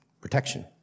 protection